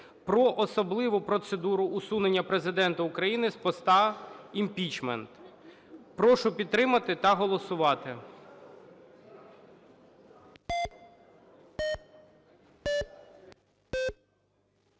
про особливу процедуру усунення Президента України з поста (імпічмент). Прошу підтримати та голосувати.